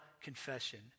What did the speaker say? confession